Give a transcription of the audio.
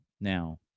now